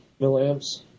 milliamps